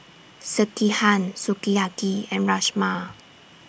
Sekihan Sukiyaki and Rajma